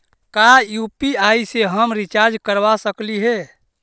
का यु.पी.आई से हम रिचार्ज करवा सकली हे?